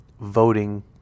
voting